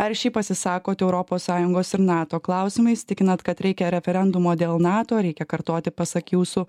aršiai pasisakot europos sąjungos ir nato klausimais tikinat kad reikia referendumo dėl nato reikia kartoti pasak jūsų